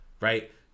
right